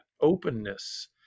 openness